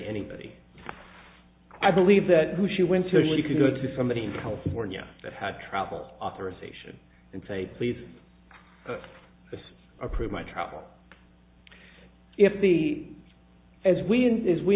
anybody i believe that who she went to can go to somebody in california that had traveled authorization and say please approve my travel if the as we